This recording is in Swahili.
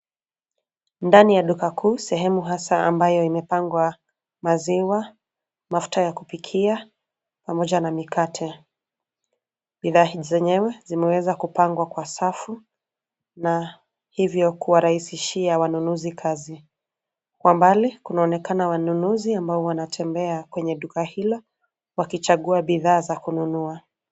Ndani ya duka kuu sehemu hasa ambayo imepangwa; maziwa, mafuta ya kupikia pamoja na mikate. Bidhaa zenyewe zimeweza kupangwa kwa safu na hivyo kuwarahisishia wanunuzi kazi. Kwa mbali kunaoneka wanunuzi ambao wanatembea kwenye duka hilo wakichagua bidhaa za kununua.